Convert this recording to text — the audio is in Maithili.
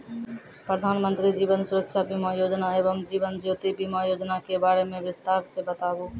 प्रधान मंत्री जीवन सुरक्षा बीमा योजना एवं जीवन ज्योति बीमा योजना के बारे मे बिसतार से बताबू?